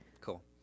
Cool